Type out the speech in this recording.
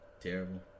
Terrible